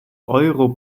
euro